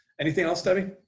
anything else, debbie?